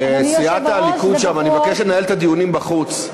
סיעת הליכוד שם, אני מבקש לנהל את הדיונים בחוץ.